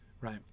right